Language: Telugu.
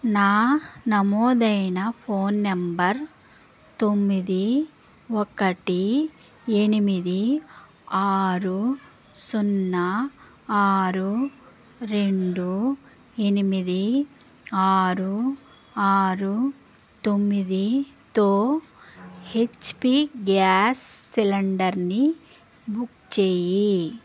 నా నమోదైన ఫోన్ నంబర్ తొమ్మిది ఒకటి ఎనిమిది ఆరు సున్నా ఆరు రెండు ఎనిమిది ఆరు ఆరు తొమ్మిదితో హెచ్పి గ్యాస్ సిలిండర్ని బుక్ చేయి